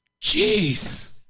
Jeez